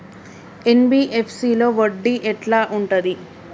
NBFC లో వడ్డీ ఎట్లా ఉంటది?